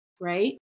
right